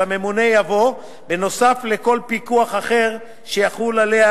הממונה יבוא נוסף על כל פיקוח שיחול עליה,